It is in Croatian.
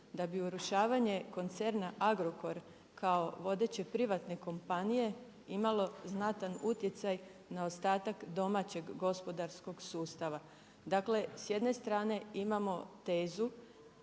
da bi urušavanje koncerna Agrokor, kao vodeće privatne kompanije, imalo znatan utjecaj na ostatak domaćeg gospodarskog sustava. Dakle, s jedne strane imamo tezu,